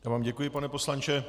Já vám děkuji, pane poslanče.